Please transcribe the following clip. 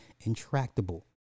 intractable